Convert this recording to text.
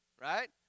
right